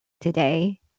today